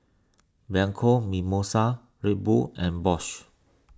Bianco Mimosa Red Bull and Bosch